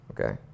okay